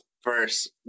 first